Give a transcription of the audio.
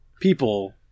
people